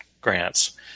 grants